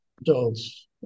adults